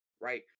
right